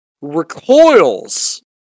Recoils